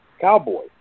cowboy